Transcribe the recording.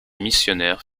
missionnaires